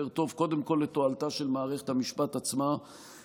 טוב קודם כול לתועלתה של מערכת המשפט עצמה,